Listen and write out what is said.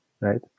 right